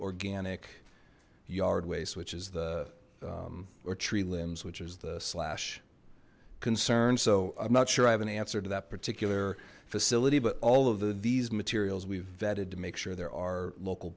organic yard waste which is the or tree limbs which is the slash concern so i'm not sure i have an answer to that particular facility but all of these materials we've vetted to make sure there are local